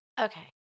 Okay